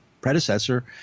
predecessor